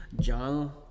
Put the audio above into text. John